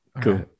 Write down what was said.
Cool